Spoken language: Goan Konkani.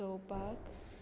रोवपाक